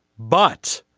but